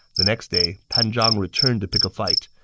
the next day, pan zhang returned to pick a fight,